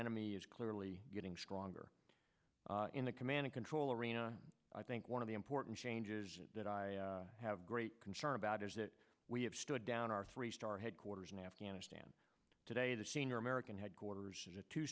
enemy is clearly getting stronger in the command control arena i think one of the important changes that i have great concern about is that we have stood down our three star headquarters in afghanistan today the senior american headquarters a two